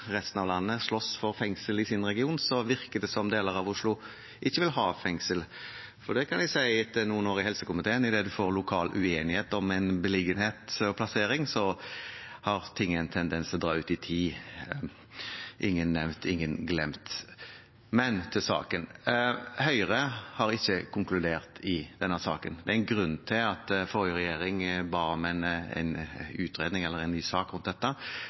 resten av landet, slåss for fengsel i sin region, virker det som om deler av Oslo ikke vil ha fengsel. Og det kan jeg si, etter noen år i helsekomiteen, at idet en får lokal uenighet om en beliggenhet og plassering, har ting en tendens til å dra ut i tid – ingen nevnt, ingen glemt. Men til saken: Høyre har ikke konkludert i denne saken. Det er en grunn til at forrige regjering ba om en utredning eller en ny sak rundt dette.